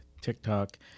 TikTok